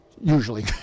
usually